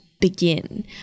begin